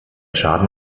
schaden